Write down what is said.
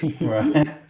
Right